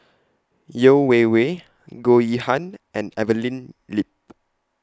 Yeo Wei Wei Goh Yihan and Evelyn Lip